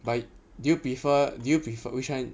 but do you prefer do you prefer which one